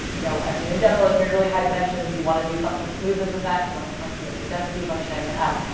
you know. i mean, in general, if you're in really high dimensions, you want to do something smoother than that, you want to approximate the density function. um,